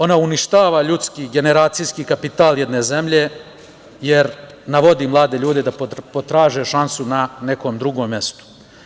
Ona uništava ljudski, generacijski kapital jedne zemlje, jer navodi mlade ljude da potraže šansu na nekom drugom mestu.